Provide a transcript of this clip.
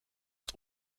het